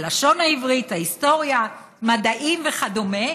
הלשון העברית, ההיסטוריה, מדעים וכדומה,